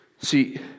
See